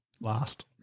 Last